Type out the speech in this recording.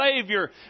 Savior